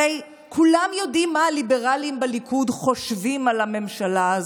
הרי כולם יודעים מה הליברלים בליכוד חושבים על הממשלה הזאת.